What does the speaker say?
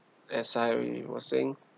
uh sorry you were saying